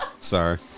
Sorry